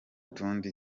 tundi